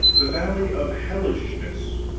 the valley of hellishness.